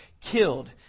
killed